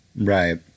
right